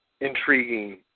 intriguing